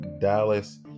Dallas